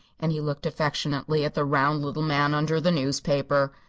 and he looked affectionately at the round little man under the newspaper.